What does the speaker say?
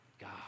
God